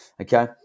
okay